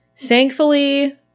thankfully